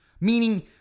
meaning